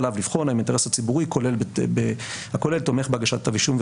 עליו לבחון האם האינטרס הציבורי הכולל תומך בהגשת כתב אישום,